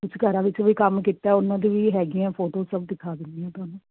ਕੁਛ ਘਰਾਂ ਵਿੱਚ ਵੀ ਕੰਮ ਕੀਤਾ ਉਹਨਾਂ ਦੀ ਵੀ ਹੈਗੀਆਂ ਫੋਟੋਸ ਸਭ ਦਿਖਾ ਦਿੰਦੀ ਹਾਂ ਤੁਹਾਨੂੰ